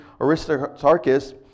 Aristarchus